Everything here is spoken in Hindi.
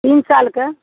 तीन साल के